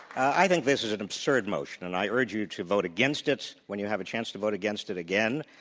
i think this is an absurd motion, and i urge you to vote against it when you have a chance to vote against it again.